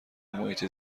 محیط